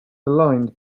aligned